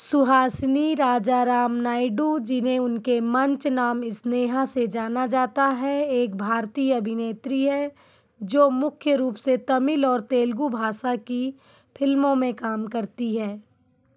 सुहासिनी राजाराम नायडू जिन्हें उनके मंच नाम स्नेहा से जाना जाता है एक भारतीय अभिनेत्री हैं जो मुख्य रूप से तमिल और तेलुगु भाषा की फिल्मों में काम करती हैं